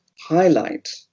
highlight